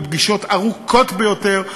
פגישות ארוכות ביותר,